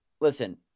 Listen